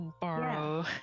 borrow